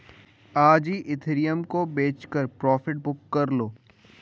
आज ही इथिरियम को बेचकर प्रॉफिट बुक कर लो